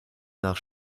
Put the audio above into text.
nach